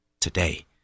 Today